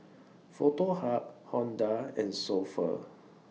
Foto Hub Honda and So Pho